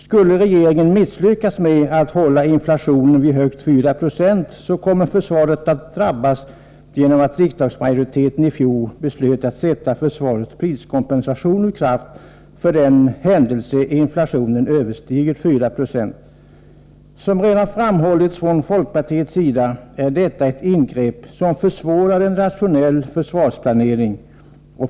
Skulle regeringen misslyckas med att hålla inflationen vid högst 4 Jo, kommer försvaret att drabbas genom att riksdagsmajoriteten i fjol beslöt att sätta försvarets priskompensationssystem ur kraft för den händelse inflationen överstiger 4 96. Som redan framhållits från folkpartiets sida, är detta ett ingrepp som försvårar en rationell försvarsplanering.